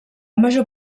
major